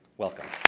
welcome.